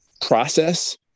process